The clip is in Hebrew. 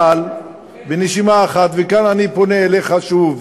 אבל בנשימה אחת, וכאן אני פונה אליך שוב,